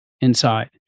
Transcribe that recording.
inside